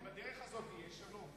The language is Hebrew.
ובדרך הזאת יהיה שלום?